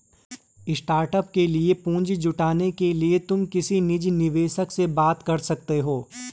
startup के लिए पूंजी जुटाने के लिए तुम किसी निजी निवेशक से बात कर सकते हो